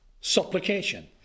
Supplication